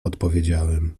odpowiedziałem